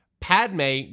Padme